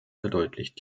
verdeutlicht